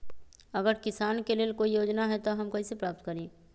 अगर किसान के लेल कोई योजना है त हम कईसे प्राप्त करी?